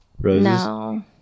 No